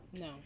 No